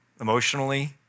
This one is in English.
emotionally